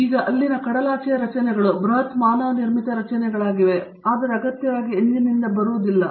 ಈಗ ಅಲ್ಲಿನ ಕಡಲಾಚೆಯ ರಚನೆಗಳು ಬೃಹತ್ ಮಾನವ ನಿರ್ಮಿತ ರಚನೆಗಳಾಗಿವೆ ಆದರೆ ಅಗತ್ಯವಾಗಿ ಎಂಜಿನ್ನಿಂದ ಬರುವುದಿಲ್ಲ